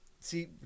See